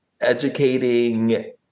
educating